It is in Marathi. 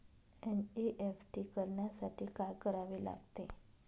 एन.ई.एफ.टी करण्यासाठी काय करावे लागते?